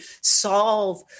solve